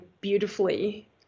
beautifully